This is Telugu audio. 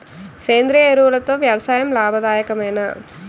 సేంద్రీయ ఎరువులతో వ్యవసాయం లాభదాయకమేనా?